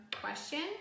question